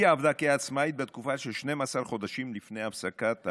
היא עבדה כעצמאית בתקופה של 12 חודשים לפני הפסקת העבודה,